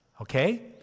Okay